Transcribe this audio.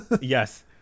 Yes